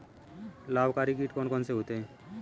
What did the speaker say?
लाभकारी कीट कौन कौन से होते हैं?